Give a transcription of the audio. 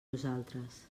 nosaltres